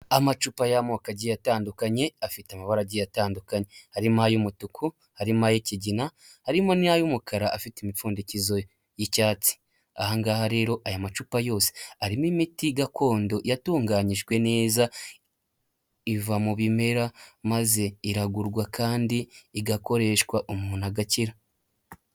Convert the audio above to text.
Amacupa y'amoko agiye atandukanye afite amabara agiye atandukanye, harimo ay'umutuku, harimo ay'ikigina harimo ay'umukara afite imipfundikizo y'icyatsi, ahangaha rero, aya macupa yose arimo imiti gakondo yatunganyijwe neza iva mu bimera maze iragurwa kandi igakoreshwa umuntu agakira.